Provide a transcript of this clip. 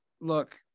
look